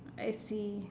I see